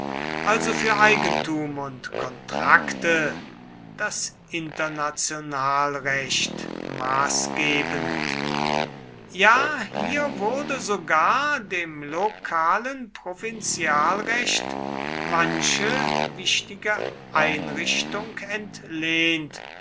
also für eigentum und kontrakte das internationalrecht maßgebend ja hier wurde sogar dem lokalen provinzialrecht manche wichtige einrichtung entlehnt